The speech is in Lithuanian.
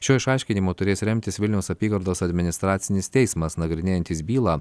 šiuo išaiškinimu turės remtis vilniaus apygardos administracinis teismas nagrinėjantis bylą